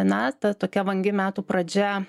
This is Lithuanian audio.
na ta tokia vangi metų pradžia